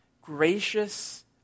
gracious